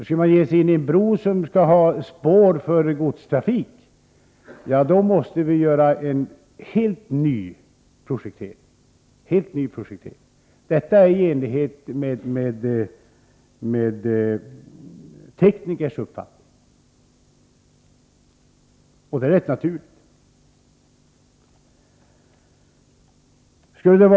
Skulle man ge sig in på en bro som skulle ha spår för godstrafik, måste man enligt teknikernas uppfattning göra en helt ny projektering.